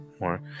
more